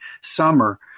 summer